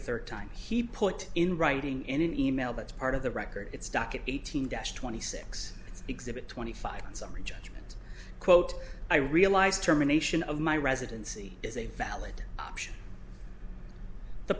a third time he put in writing in an email that's part of the record it's docket eighteen dash twenty six exhibit twenty five and summary judgment quote i realized germination of my residency is a valid option the